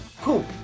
cool